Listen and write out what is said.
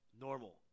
Normal